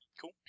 cool